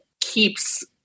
keeps